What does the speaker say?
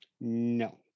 no